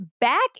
back